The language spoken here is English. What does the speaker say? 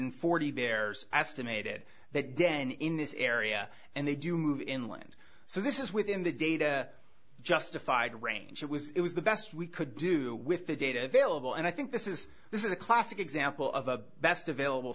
forty there's as to mated that den in this area and they do move inland so this is within the data justified range was the best we could do with the data available and i think this is this is a classic example of the best available